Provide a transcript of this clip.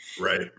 Right